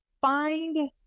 find